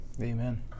Amen